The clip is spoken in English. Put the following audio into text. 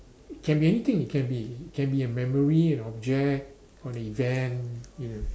it can be anything it can be can be a memory an object or a event you know